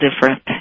different